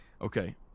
Okay